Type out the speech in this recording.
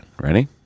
ready